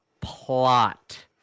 plot